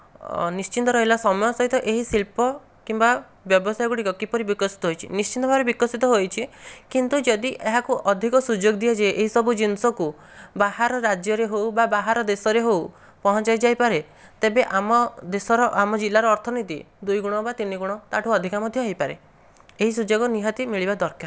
ନିଶ୍ଚିନ୍ତ ରହିଲା ସମୟ ସହିତ ଏହି ଶିଳ୍ପ କିମ୍ବା ବ୍ୟବସାୟ ଗୁଡ଼ିକ କିପରି ବିକଶିତ ହୋଇଛି ନିଶ୍ଚିନ୍ତ ଭାବରେ ବିକଶିତ ହୋଇଛି କିନ୍ତୁ ଯଦି ଏହାକୁ ଅଧିକ ସୁଯୋଗ ଦିଆଯାଏ ଏହିସବୁ ଜିନିଷକୁ ବାହାର ରାଜ୍ୟରେ ହେଉ ବା ବାହାର ଦେଶରେ ହେଉ ପହଞ୍ଚାଯାଇପାରେ ତେବେ ଆମ ଦେଶର ଆମ ଜିଲ୍ଲାର ଅର୍ଥନୀତି ଦୁଇଗୁଣ ବା ତିନିଗୁଣ ତା ଠାରୁ ଅଧିକା ମଧ୍ୟ ହୋଇପାରେ ଏହି ସୁଯୋଗ ନିହାତି ମିଳିବା ଦରକାର